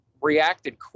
reacted